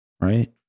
right